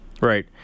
Right